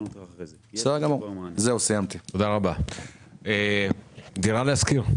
אוראל יפרח מ"דירה להשכיר",